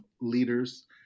leaders